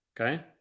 Okay